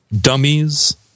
dummies